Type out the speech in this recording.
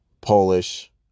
Polish